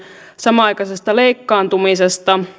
samanaikaisesta leikkaantumisesta